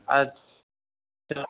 आइ चैलि आउ